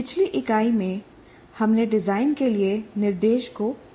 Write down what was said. पिछली इकाई में हमने डिजाइन के लिए निर्देश को समझा था